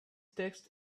text